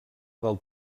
del